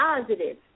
positive